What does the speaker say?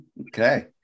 Okay